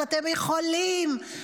אתם יכולים,